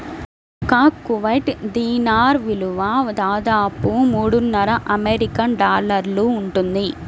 ఒక Kuwait dinar విలువ దాదాపు మూడున్నర అమెరికన్ డాలర్లు ఉంటుంది